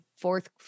Fourth